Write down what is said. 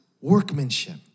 workmanship